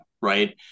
right